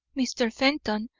mr. fenton,